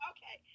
Okay